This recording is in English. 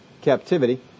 captivity